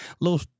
little